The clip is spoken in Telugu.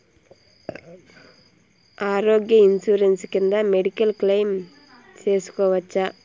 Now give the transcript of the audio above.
ఆరోగ్య ఇన్సూరెన్సు కింద మెడికల్ క్లెయిమ్ సేసుకోవచ్చా?